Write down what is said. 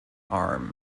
arm